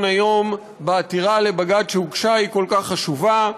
היום בעתירה לבג"ץ שהוגשה היא כל כך חשובה.